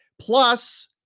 Plus